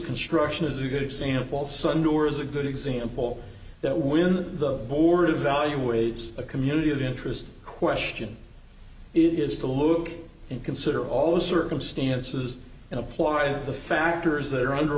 construction is a good example sun door is a good example that when the board evaluates a community of interest question it is to look and consider all the circumstances and apply the factors that are under